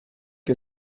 que